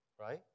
right